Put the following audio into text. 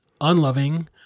unloving